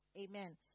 Amen